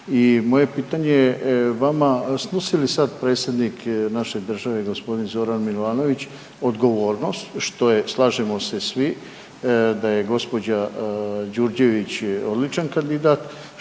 moje pitanje vama, snosi li sad predsjednik naše države, g. Zoran Milanović odgovornost, što je, slažemo se svi, da je gđa. Đurđević odličan kandidat,